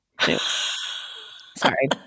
Sorry